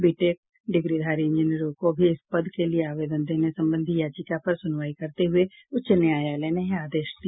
BTech डिग्रीधारी इंजीनियरों को भी इस पद के लिए आवेदन देने संबंधी याचिका पर सुनवाई करते हये उच्च न्यायालय ने यह आदेश दिया